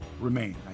remain